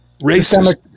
racist